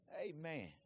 Amen